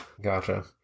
Gotcha